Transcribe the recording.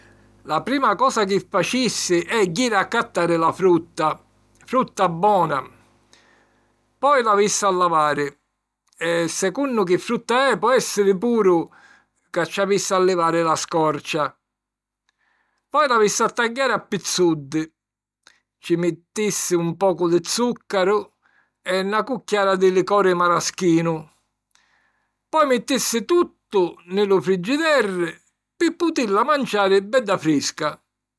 La prima cosa chi facissi è jiri a accattari la frutta; frutta bona. Poi l'avissi a lavari e, secunnu chi frutta è, po èssiri puru ca ci avissi a livàri la scorcia. Poi l'avissi a tagghiari a pizzuddi, ci mittissi un pocu di zùccaru e na cucchiara di licori maraschinu. Poi mittissi tuttu nni lu frigiderri pi putilla manciari bedda frisca.